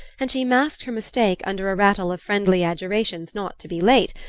and she masked her mistake under a rattle of friendly adjurations not to be late,